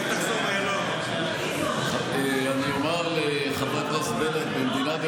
אני קורא אותך לסדר פעם שנייה.